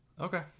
Okay